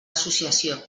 associació